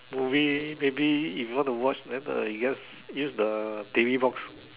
movie maybe if you want to watch then uh you just use the T_V box